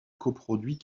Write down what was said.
coproduit